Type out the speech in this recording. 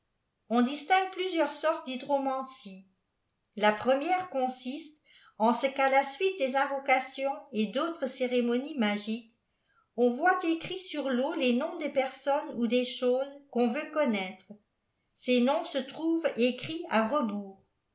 ôri distingué plusieurs sortes d'hydromancie lâ f remière consiste en ce qu'à la suite des invocations et datitres cérémonies magiques on voit écrit sur vem les noms desjersonnes ou des choses qu'on veut connaître ces noms se trouvent écrits à rebours